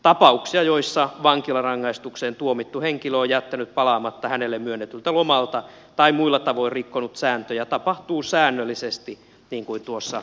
tapauksia joissa vankilarangaistukseen tuomittu henkilö on jättänyt palaamatta hänelle myönnetyltä lomalta tai muilla tavoin rikkonut sääntöjä tapahtuu säännöllisesti niin kuin tuossa esittelypuheenvuorossani totesin